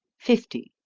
fifty.